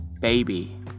baby